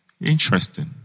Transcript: Interesting